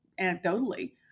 anecdotally